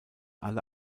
alle